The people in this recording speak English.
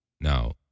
Now